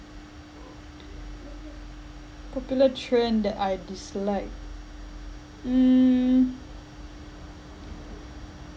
popular trend that I dislike mm